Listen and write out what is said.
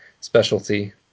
specialty